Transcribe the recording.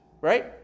right